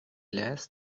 less